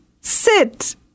Sit